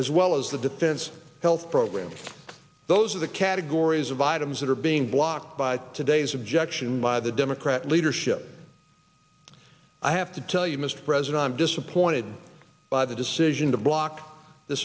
as well as the defense health programs those are the categories of items that are being blocked by today's objection by the democrat leadership i have to tell you mr president i'm disappointed by the decision to block th